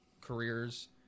careers